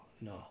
no